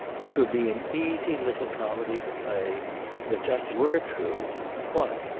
it would be an easy little comedy to play. and if that were true why,